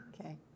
Okay